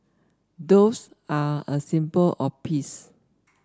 doves are a symbol or peace